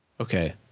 Okay